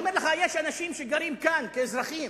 אני אומר לך שיש אנשים שגרים כאן כאזרחים